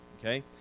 Okay